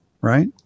right